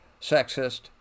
sexist